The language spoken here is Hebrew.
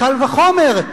קל וחומר,